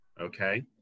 okay